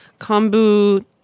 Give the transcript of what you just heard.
kombu